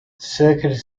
circuit